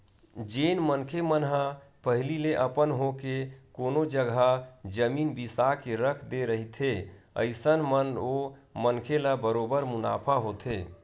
जेन मनखे मन ह पहिली ले अपन होके कोनो जघा जमीन बिसा के रख दे रहिथे अइसन म ओ मनखे ल बरोबर मुनाफा होथे